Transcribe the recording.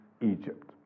Egypt